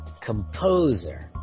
Composer